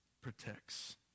protects